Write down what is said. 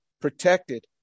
protected